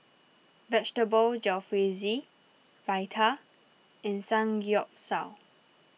Vegetable Jalfrezi Raita and Samgeyopsal